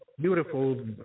beautiful